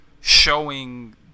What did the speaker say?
showing